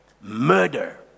murder